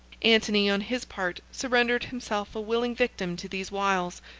antony, on his part, surrendered himself a willing victim to these wiles,